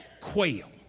quail